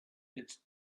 its